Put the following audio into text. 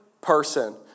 person